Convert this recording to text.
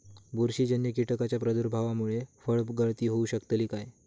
बुरशीजन्य कीटकाच्या प्रादुर्भावामूळे फळगळती होऊ शकतली काय?